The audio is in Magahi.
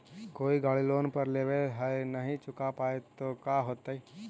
कोई गाड़ी लोन पर लेबल है नही चुका पाए तो का होतई?